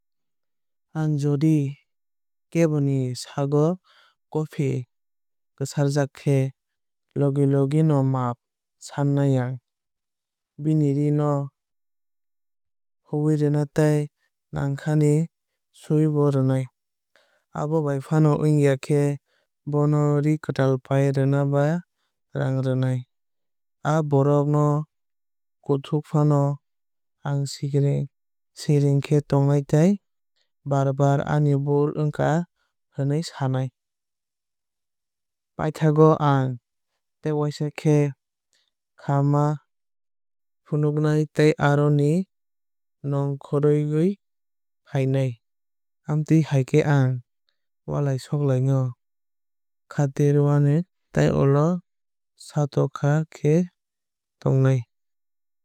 Ang jodi keboni sago coffee kwsarkajak khe logi logi no maap san nai ang. Bini ree no huwui rwnai tei nangkahi suwui bo rwnai. Abo bai fano wngya khe bono ree kwtal pai rwnai ba raang rwnai. Aa borok ano kwtuk fano ang siring siring khe tongnai tei bar bar ani bul wngkha hnoi sanai. Paithago ang tai waisa kha khamma fwnuknai tei aro ni nongkhorwui fainani. Amtwui hai khe ang walai suglai no katirwunai tei ulo sotorka khe tongnai.